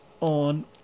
on